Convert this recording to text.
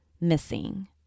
missing